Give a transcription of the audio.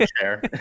chair